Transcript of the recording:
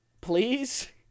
please